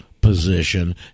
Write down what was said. position